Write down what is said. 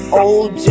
old